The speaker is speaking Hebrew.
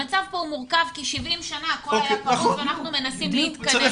המצב כאן הוא מורכב כי 70 שנים הכול היה פרוץ ואנחנו מנסים להתקדם.